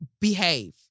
Behave